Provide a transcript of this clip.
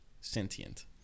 sentient